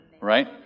right